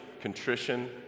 contrition